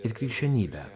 ir krikščionybę